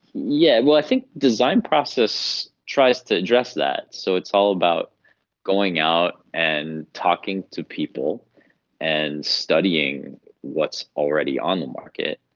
yeah well, i think the design process tries to address that. so it's all about going out and talking to people and studying what's already on the market,